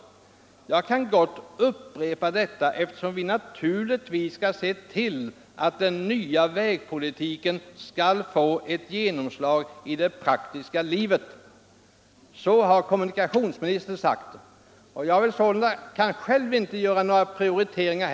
Jag kan gott upprepa detta eftersom vi naturligtvis skall se till att den nya vägpolitiken skall få ett genomslag i det praktiska livet.” Så har kommunikationsministern sagt. Jag kan själv inte göra några prioriteringar.